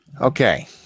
Okay